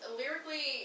lyrically